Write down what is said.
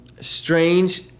Strange